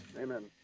Amen